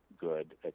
good